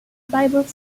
bible